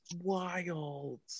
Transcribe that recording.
wild